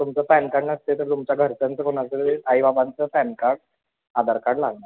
तुमचं PAN card नसते तर तुमच्या घरच्यांचं कोणाचं आई बाबांचं पॅन कार्ड आधार कार्ड लागणार